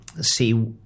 see